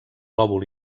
lòbul